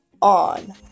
on